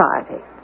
society